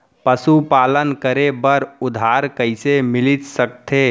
पशुपालन करे बर उधार कइसे मिलिस सकथे?